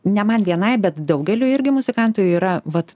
ne man vienai bet daugeliui irgi muzikantų yra vat